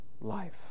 life